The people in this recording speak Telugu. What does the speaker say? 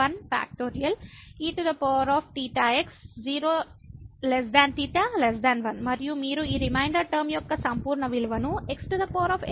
eθx 0 θ 1 మరియు మీరు ఈ రిమైండర్ టర్మ యొక్క సంపూర్ణ విలువను xn1n 1